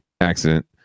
accident